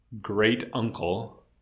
great-uncle